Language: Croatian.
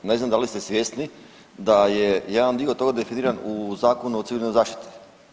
Ne znam da li ste svjesni da je jedan dio toga definiran u Zakonu o civilnoj zaštiti.